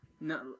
No